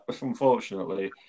unfortunately